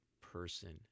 person